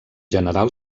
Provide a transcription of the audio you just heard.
general